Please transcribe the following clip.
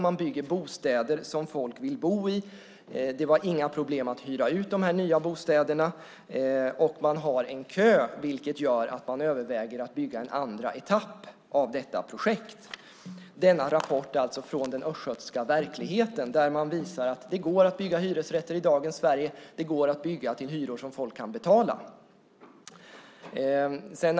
Man bygger bostäder som folk vill bo i. Det var inga problem att hyra ut de här nya bostäderna. Och man har en kö, vilket gör att man överväger att bygga en andra etapp av detta projekt. Denna rapport är alltså från den östgötska verkligheten, och den visar att det går att bygga hyresrätter i dagens Sverige och att det går att bygga till hyror som folk kan betala.